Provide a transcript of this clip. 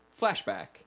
flashback